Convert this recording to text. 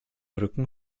rücken